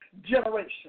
generation